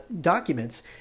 documents